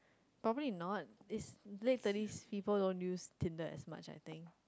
probably not is late thirty people don't use Tinder as much I think